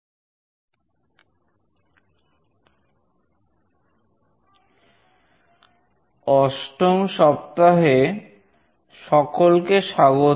অষ্টম সপ্তাহে সকলকে স্বাগত